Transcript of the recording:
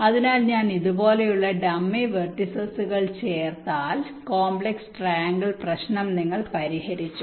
അതിനാൽ ഞാൻ ഇതുപോലുള്ള ഡമ്മി വെർട്ടീസുകൾ ചേർത്താൽ കോംപ്ലക്സ് ട്രൈആംഗിൾ പ്രശ്നം നിങ്ങൾ പരിഹരിച്ചു